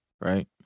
right